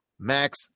max